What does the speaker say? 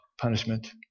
punishment